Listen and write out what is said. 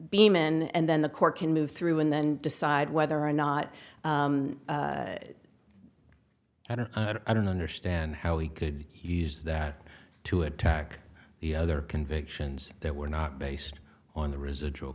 beam and then the court can move through and then decide whether or not i don't i don't understand how he could use that to attack the other convictions that were not based on the residual